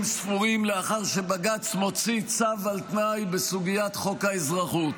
ספורים לאחר שבג"ץ מוציא צו על תנאי בסוגיית חוק האזרחות.